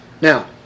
Now